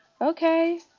Okay